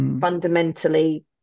fundamentally